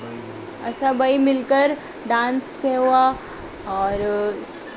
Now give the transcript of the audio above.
असां ॿई मिलकर डांस कयो आहे और